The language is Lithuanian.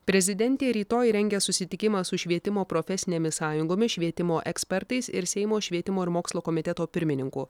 prezidentė rytoj rengia susitikimą su švietimo profesinėmis sąjungomis švietimo ekspertais ir seimo švietimo ir mokslo komiteto pirmininku